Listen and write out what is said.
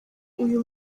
uyu